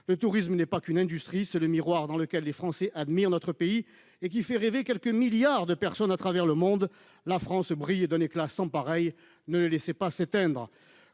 Le tourisme n'est pas qu'une industrie. C'est le miroir dans lequel les Français admirent notre pays et qui fait rêver quelques milliards de personnes à travers le monde. La France brille d'un éclat sans pareil, ne le laissez pas s'éteindre